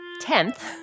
tenth